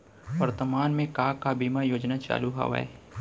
वर्तमान में का का बीमा योजना चालू हवये